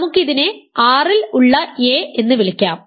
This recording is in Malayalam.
നമുക്ക് ഇതിനെ R ൽ ഉള്ള a എന്ന് വിളിക്കാം